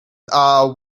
are